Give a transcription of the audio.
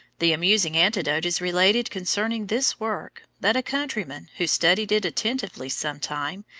the amusing anecdote is related concerning this work that a countryman, who studied it attentively some time,